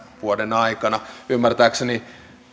vuoden aikana ymmärtääkseni